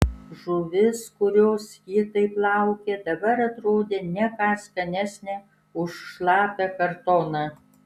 žuvis kurios ji taip laukė dabar atrodė ne ką skanesnė už šlapią kartoną